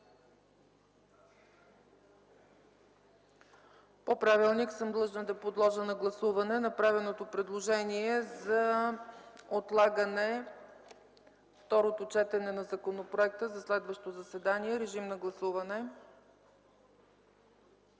По правилник съм длъжна да подложа на гласуване направеното предложение за отлагане второто четене на законопроекта за следващо заседание. Режим на гласуване!